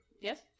Yes